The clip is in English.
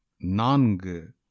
Nang